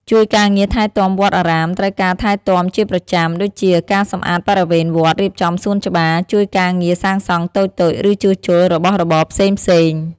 ជួយការងារថែទាំវត្ត អារាមត្រូវការការថែទាំជាប្រចាំ ដូចជាការសម្អាតបរិវេណវត្ត រៀបចំសួនច្បារ ជួយការងារសាងសង់តូចៗ ឬជួសជុលរបស់របរផ្សេងៗ។